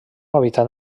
hàbitat